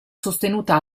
sostenuta